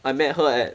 I met her at